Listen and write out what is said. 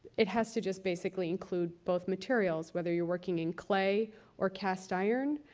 it has to just basically include both materials. whether you're working in clay or cast iron